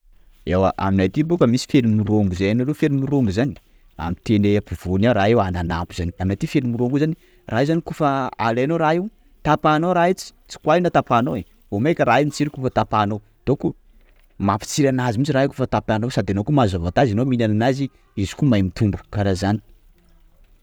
Ewa Aminay aty bôka misy feli-morongo zay: hainao feli-morongo zany? _x000D_ Amiteny ampovoany ao raha io ananambo zany, aminay aty feli-morongo zany, raha io zany kôfa, alainao raha io, tapahinao raha io, tsy quoi io na tapahinao e! _x000D_ Vao mainka mampitsiry kôfa tapahinao, donc mampitsiry anazy mintsy raha io kôfa tapahinao sady anao koa mahazo avantage anao mihinana anazy izy koa mahay mitombo. kara zany.